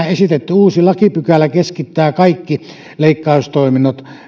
esitetty uusi lakipykälä keskittää kaikki leikkaustoiminnot